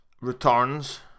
returns